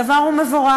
הדבר הוא מבורך,